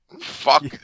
Fuck